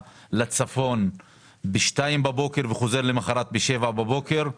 לצפון ב-2:00 לפנות בוקר ושוב חוזר למחרת ב-7:00 בבוקר.